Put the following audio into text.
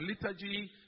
liturgy